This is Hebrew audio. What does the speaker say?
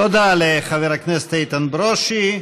תודה לחבר הכנסת איתן ברושי.